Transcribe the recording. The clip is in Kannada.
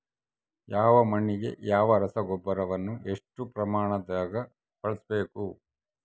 ಯಾವ ಮಣ್ಣಿಗೆ ಯಾವ ರಸಗೊಬ್ಬರವನ್ನು ಎಷ್ಟು ಪ್ರಮಾಣದಾಗ ಬಳಸ್ಬೇಕು?